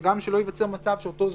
גם שלא ייווצר מצב שזוג,